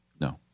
No